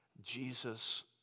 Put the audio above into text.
Jesus